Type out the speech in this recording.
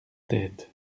tête